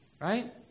Right